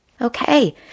Okay